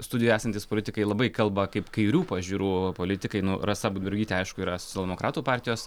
studijo esantys politikai labai kalba kaip kairių pažiūrų politikai nu rasa budbergytė aišku yra socialdemokratų partijos